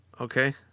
okay